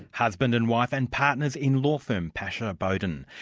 husband and wife and partners in law firm pasha boden.